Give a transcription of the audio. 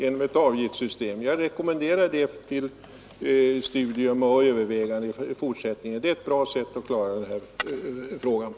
Jag rekommenderar det förslaget till studium och övervägande i fortsättningen. Det är ett bra sätt att lösa problemet!